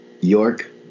York